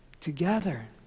together